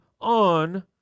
on